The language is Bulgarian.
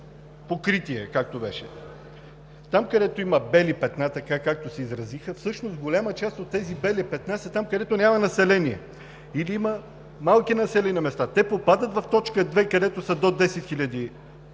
покритие, както беше. Там, където има бели петна, както се изразиха, всъщност голяма част от белите петна са там, където няма население или има малки населени места. Те попадат в т. 2, където са до 10 хиляди